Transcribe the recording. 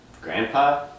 grandpa